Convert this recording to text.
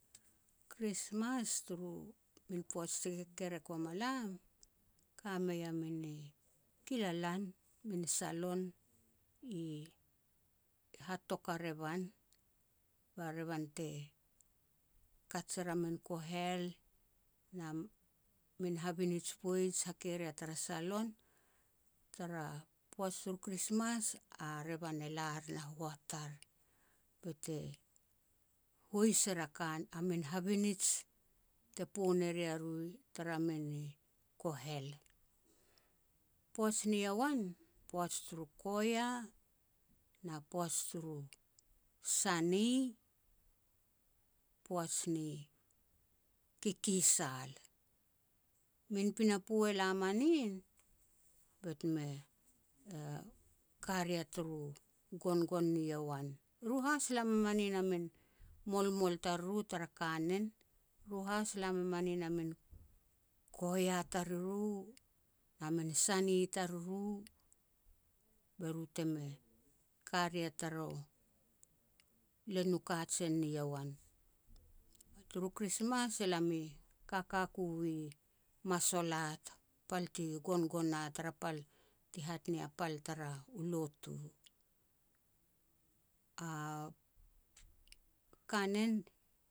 Krismas poaj ti kekerek wama lam, kamei amini kilalan, min salon i hatok a revan, ba revan te kaj er a min kohel na min habinij poij hakei ria tara salon. Tara poaj turu Krismas, a revan e lar na hoat ar be te hois er a min habinij te pon e ria ru tara min kohel. Poaj ni yowan, poaj turu choir, na poaj turu sani, poaj ni kikisal. Min pinapo e la manin bet me ka ria turu gogon ni yo an. Eru has la me ma nin a min molmol tariru tar kanen. Eru has la me ma nin a min choir tariru, na min sani taruru be ru te me ka ria taru len u kajen ni yowan. Turu Krismas e lam i kaka ku i Masolat, pal ti gongon a tara pal ti hat nia ya pal turu lotu. A kanen